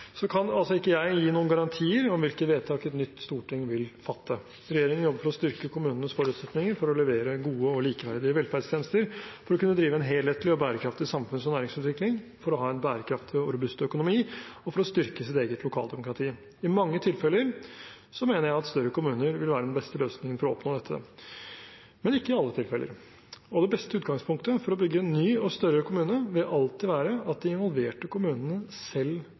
ikke gi noen garantier om hvilke vedtak et nytt storting vil fatte. Regjeringen jobber for å styrke kommunenes forutsetninger for å levere gode og likeverdige velferdstjenester, for å kunne drive en helhetlig og bærekraftig samfunns- og næringsutvikling, for å ha en bærekraftig og robust økonomi og for å styrke sitt eget lokaldemokrati. I mange tilfeller mener jeg at større kommuner vil være den beste løsningen for å oppnå dette. Men ikke i alle tilfeller – det beste utgangspunktet for å bygge en ny og større kommune vil alltid være at de involverte kommunene selv